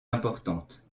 importantes